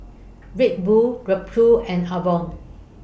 Red Bull Ripcurl and Avalon